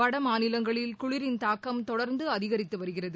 வடமாநிலங்களில் குளிரின் தாக்கம் தொடர்ந்து அதிகரித்து வருகிறது